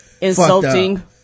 insulting